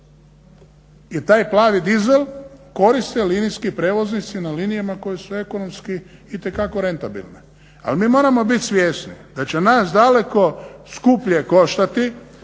i taj plavi dizel koriste linijski prijevoznici na linijama koje su ekonomski itekako rentabilne. Ali mi moramo bit svjesni da će nas daleko skuplje koštati